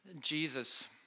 Jesus